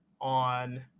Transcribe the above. on